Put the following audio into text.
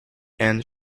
and